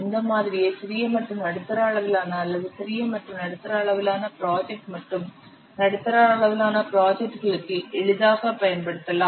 இந்த மாதிரியை சிறிய மற்றும் நடுத்தர அளவிலான அல்லது சிறிய மற்றும் நடுத்தர அளவிலான ப்ராஜெக்ட் மற்றும் நடுத்தர அளவிலான ப்ராஜெக்ட்களுக்கு எளிதாகப் பயன்படுத்தலாம்